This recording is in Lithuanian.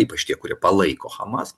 ypač tie kurie palaiko hamas